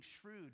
shrewd